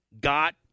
got